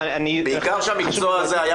בעיקר שהמקצוע הזה,